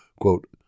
Quote